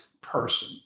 person